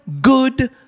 good